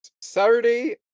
Saturday